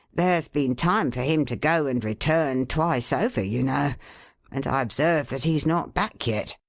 there's been time for him to go and return twice over, you know and i observe that he's not back yet.